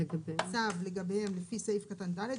צו לגביהם לפי סעיף קטן (ד),